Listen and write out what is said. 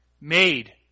made